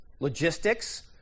Logistics